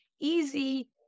easy